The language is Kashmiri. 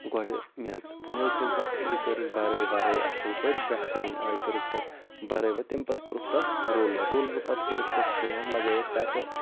گۄڈٕ میٚژ میٚژ ییٚلہِ تَتھ یہِ کٔرٕکھ بَرٲے وَرٲے اَصٕل پٲٹھۍ بہتریٖن آیہِ کٔرٕکھ تَتھ بَرٲے وَرٲے تٔمۍ پَتہٕ کوٚرُکھ تَتھ رولَر رولرٕ پَتہٕ کٔرٕکھ تَتھ کٲم لَگایَکھ تَتھٕ